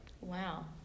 Wow